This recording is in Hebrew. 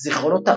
זיכרונותיו